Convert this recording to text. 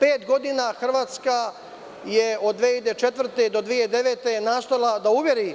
Pet godina je Hrvatska, od 2004. godine do 2009. godine nastojala da uveri